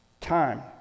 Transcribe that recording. time